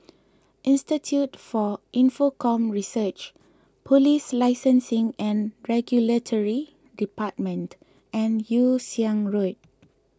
Institute for Infocomm Research Police Licensing and Regulatory Department and Yew Siang Road